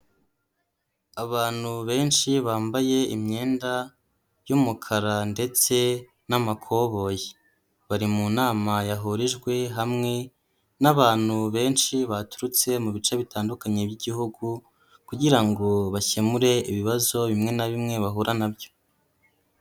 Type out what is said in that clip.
Abantu benshi bambaye imyenda y'umukara ndetse n'amakoboyi, bari mu nama yahurijwe hamwe n'abantu benshi baturutse mu bice bitandukanye by'igihugu, kugira ngo bakemure ibibazo bimwe na bimwe bahura nabyo.